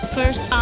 First